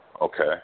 Okay